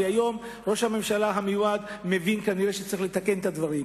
והיום ראש הממשלה המיועד מבין כנראה שצריך לתקן את הדברים.